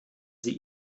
sie